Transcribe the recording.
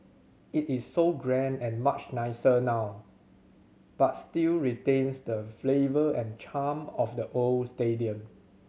it is so grand and much nicer now but still retains the flavour and charm of the old stadium